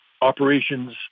operations